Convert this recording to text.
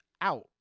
out